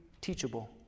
teachable